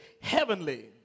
heavenly